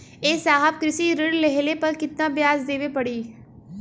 ए साहब कृषि ऋण लेहले पर कितना ब्याज देवे पणी?